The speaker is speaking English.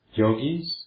yogis